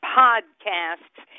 podcasts